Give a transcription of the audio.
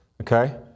Okay